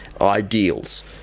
ideals